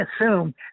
assume